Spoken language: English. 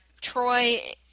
Troy